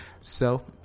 self